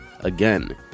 again